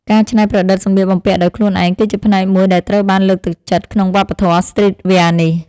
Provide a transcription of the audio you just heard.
ការច្នៃប្រឌិតសម្លៀកបំពាក់ដោយខ្លួនឯងក៏ជាផ្នែកមួយដែលត្រូវបានលើកទឹកចិត្តក្នុងវប្បធម៌ស្ទ្រីតវែរនេះ។